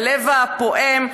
הלב הפועם,